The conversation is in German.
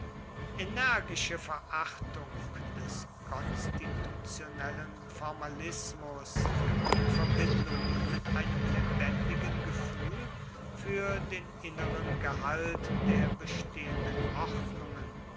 energische verachtung des konstitutionellen formalismus in verbindung mit einem lebendigen gefühl für den inneren gehalt der bestehenden ordnungen